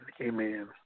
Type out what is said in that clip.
amen